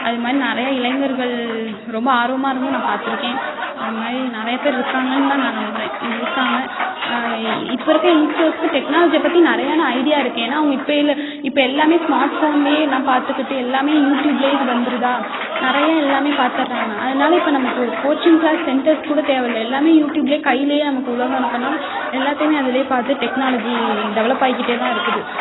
அது மாதிரி நிறைய இளைஞர்கள் ரொம்ப ஆர்வமாக இருந்தும் நான் பார்த்துருக்கேன் அது மாதிரி நிறைய பேர் இருக்காங்கன்னு தான் நான் நம்புகிறேன் இருக்காங்க இப்போ இருக்க யங்ஸ்டர்ஸுக்கு டெக்னாலஜியை பற்றி நெறையா ஐடியா இருக்குது ஏன்னா அவங்க இப்போயில இப்போ எல்லாமே ஸ்மார்ட் ஃபோன்லேயே எல்லாம் பார்த்துக்கிட்டு எல்லாமே யூடியூப்லேயே இது வந்துடுதா நிறைய எல்லாமே பார்த்தட்றாங்க அதனால இப்போ நமக்கு ஒரு கோச்சிங் க்ளாஸ் சென்டர்ஸ் கூட தேவையில்ல எல்லாமே யூடியூப்லேயே கையிலேயே நமக்கு உலகம் இருக்கனால எல்லாத்தையுமே அதுலேயே பார்த்து டெக்னாலஜி டெவலப் ஆகிக்கிட்டே தான் இருக்குது